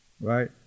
right